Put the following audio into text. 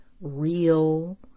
real